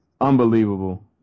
unbelievable